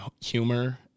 humor